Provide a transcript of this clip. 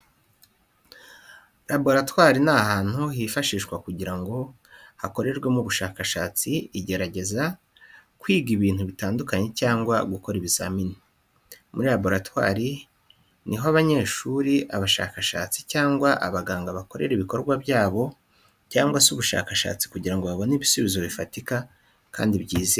Laboratwari ni ahantu hifashishwa kugira ngo hakorerwemo ubushakashatsi, igerageza, kwiga ibintu bitandukanye cyangwa gukora ibizamini. Muri laboratwari ni ho abanyeshuri, abashakashatsi, cyangwa abaganga bakorera ibikorwa byabo cyangwa se ubushakashatsi kugira ngo babone ibisubizo bifatika kandi byizewe.